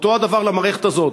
אותו הדבר למערכת הזאת.